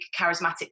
charismatic